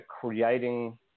creating